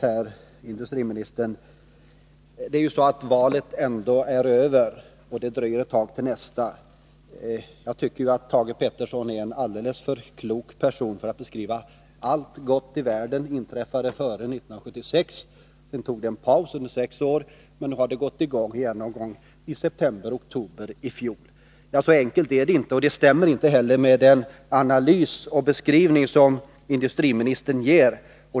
Det är ju ändå så, industriministern, att valet är över, och det dröjer ett tag till nästa. Jag tycker att Thage Peterson är en alldeles för klok person för att säga att allt gott i världen inträffade före 1976 — sedan tog det en paus under sex år, men nu har det gått i gång igen sedan september/oktober i fjol. Så enkelt är det inte, och det stämmer inte heller med den analys och beskrivning som industriministern ger.